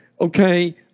okay –